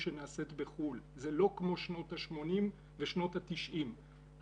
1.9 מיליארד ש"ח.